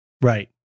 Right